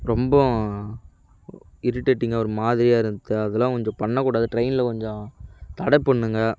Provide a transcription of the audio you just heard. ரொம்ப இரிட்டேட்டிங்கா ஒரு மாதிரியா இருக்குது அதெலாம் கொஞ்ச பண்ணக்கூடாது ட்ரெயினில் கொஞ்சம் தட பண்ணுங்க